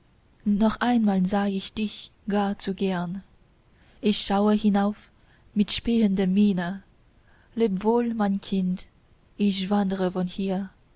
noch einmal sah ich dich gar zu gern ich schaue hinauf mit spähender miene leb wohl mein kind ich wandre von hier